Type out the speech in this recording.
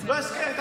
לא הסכם.